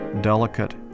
delicate